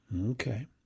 Okay